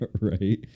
Right